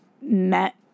met